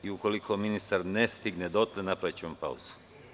Ukoliko ministar ne stigne dotle, napravićemo pauzu.